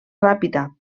ràpita